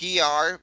PR